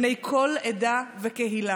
בני כל עדה וקהילה.